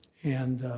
and